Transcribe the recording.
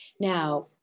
Now